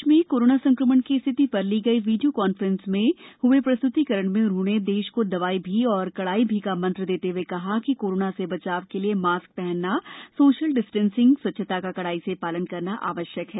कल देश में कोरोना संक्रमण की स्थिति पर ली गई वीडियो कॉन्फ्रेन्स में हुए प्रस्तुतिकरण में उन्होंने देश को दवाई भी और कड़ाई भी का मंत्र देते हुए कहा कि कोरोना से बचाव के लिए मास्क पहनना सोशल डिस्टेंसिंग स्वच्छता का कड़ाई से पालन करना आवश्यक है